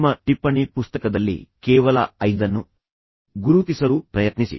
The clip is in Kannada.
ನಿಮ್ಮ ಟಿಪ್ಪಣಿ ಪುಸ್ತಕದಲ್ಲಿ ಕೇವಲ ಐದನ್ನು ಗುರುತಿಸಲು ಪ್ರಯತ್ನಿಸಿ